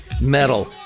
metal